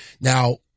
Now